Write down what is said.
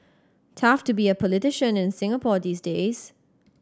tough to be a politician in Singapore these days